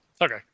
Okay